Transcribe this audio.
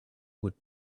would